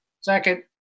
Second